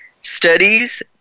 Studies